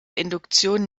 induktion